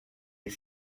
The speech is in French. est